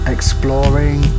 Exploring